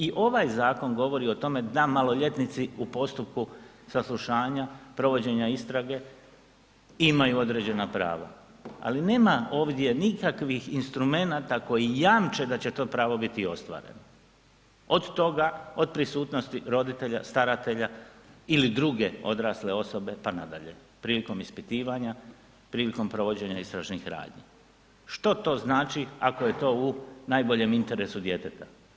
I ovaj zakon govori o tome da maloljetnici u postupku saslušanja provođenja istrage imaju određena prava, ali nema ovdje nikakvih instrumenata koji jamče da će to pravo biti i ostvareno, od toga, od prisutnosti roditelja, staratelja ili druge odrasle osobe, pa nadalje, prilikom ispitivanja, prilikom provođenja istražnih radnji, što to znači ako je to u najboljem interesu djeteta?